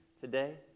today